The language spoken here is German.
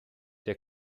der